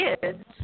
kids